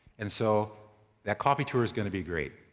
and so that coffee tour is gonna be great.